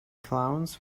clowns